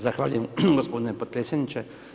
Zahvaljujem gospodine potpredsjedniče.